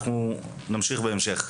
אנחנו נמשיך בהמשך.